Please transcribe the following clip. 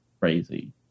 crazy